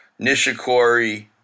Nishikori